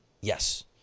Yes